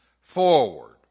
forward